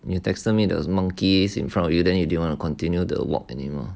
you texted me there were monkeys in front of you then you didn't want to continue the walk anymore